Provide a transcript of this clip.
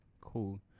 cool